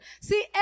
See